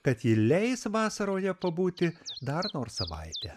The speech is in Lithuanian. kad ji leis vasaroje pabūti dar nors savaitę